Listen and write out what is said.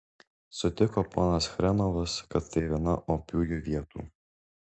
sutiko ponas chrenovas kad tai viena opiųjų vietų